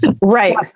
Right